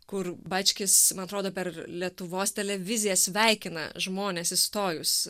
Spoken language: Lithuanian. kur bačkis man atrodo per lietuvos televiziją sveikina žmones įstojus